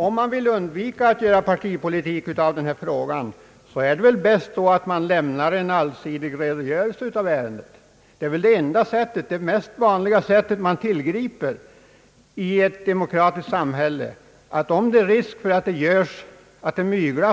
Om man vill undvika att göra partipolitik av denna fråga är det väl bäst att lämna en allsidig redogörelse av ärendet. Det är väl det man oftast tillgriper i ett demokratiskt samhälle. Om det är risk för mygel,